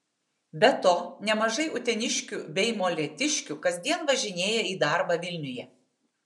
be to nemažai uteniškių bei molėtiškių kasdien važinėja į darbą vilniuje